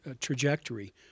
Trajectory